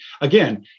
again